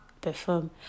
perform